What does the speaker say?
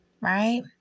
right